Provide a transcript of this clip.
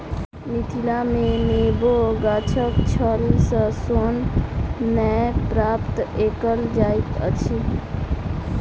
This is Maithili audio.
मिथिला मे नेबो गाछक छाल सॅ सोन नै प्राप्त कएल जाइत अछि